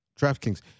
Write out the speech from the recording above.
DraftKings